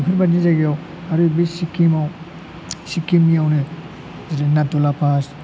बेफोरबायदि जायगायाव आरो बे सिक्किमआव सिक्किमनिआवनो जेरै नाथुला पास